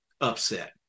upset